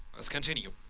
let's continue.